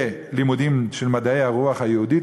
כלימודים של מדעי הרוח היהודית,